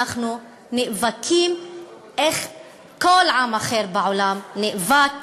אנחנו נאבקים כמו שכל עם אחר בעולם נאבק